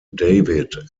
david